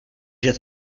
jet